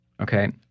Okay